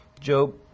Job